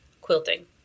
quilting